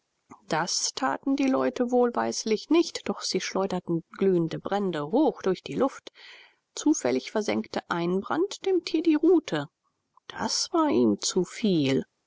das taten die leute wohlweislich nicht doch sie schleuderten glühende brände hoch durch die luft zufällig versengte ein brand dem tier die rute das war ihm zu viel